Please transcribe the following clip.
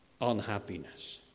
unhappiness